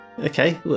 Okay